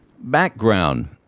Background